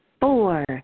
four